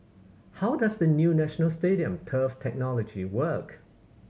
how does the new National Stadium turf technology work